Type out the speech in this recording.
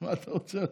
מה אתה רוצה לדעת?